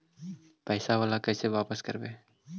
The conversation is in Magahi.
पैसा बाला कैसे बापस करबय?